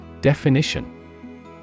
Definition